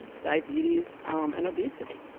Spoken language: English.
diabetes um and obesity.